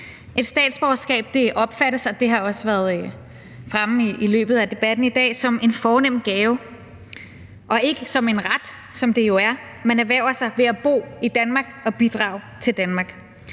af debatten i dag, som en fornem gave og ikke som en ret, som det jo er, man erhverver sig ved at bo i Danmark og bidrage til Danmark.